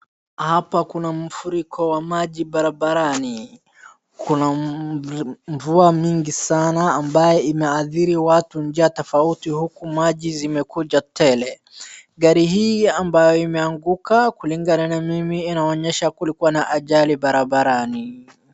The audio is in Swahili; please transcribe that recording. Hapa kuna mfuriko wa maji barabarani. kuna mvua mingi sana ambaye imeadhiri watu njia tofauti huku maji zimekuja tele. Gari hii ambayo imeanguka kulingana na mimi inaonyesha kulikuwa na ajali barabarani.